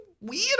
weird